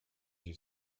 you